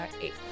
eight